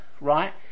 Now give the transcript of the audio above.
right